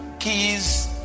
keys